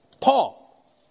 Paul